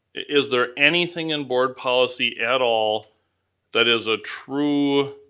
is there anything in board policy at all that is a true